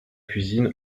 cuisine